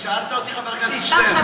שאלת אותי, חבר הכנסת שטרן.